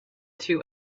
two